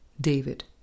David